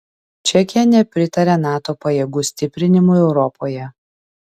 čekija nepritaria nato pajėgų stiprinimui europoje